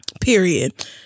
Period